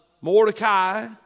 Mordecai